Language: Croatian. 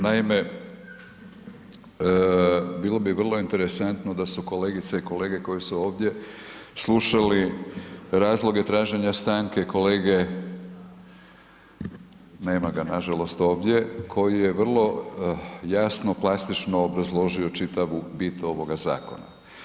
Naime, bilo bi vrlo interesantno da su kolegice i kolege koji su ovdje slušali razloge traženje stanke, kolege nema ga nažalost ovdje koji je vrlo jasno, plastično obrazložio čitavu bit ovog zakona.